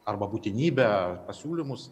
arba būtinybę pasiūlymus